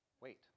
Wait